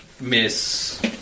miss